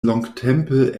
longtempe